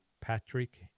Patrick